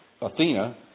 Athena